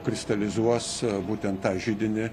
kristalizuos būtent tą židinį